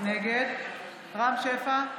נגד רם שפע,